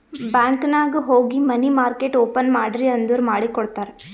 bank ನಾಗ್ ಹೋಗಿ money market open ಮಾಡ್ರಿ ಅಂದುರ್ ಮಾಡಿ ಕೊಡ್ತಾರ್